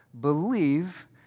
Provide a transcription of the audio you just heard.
believe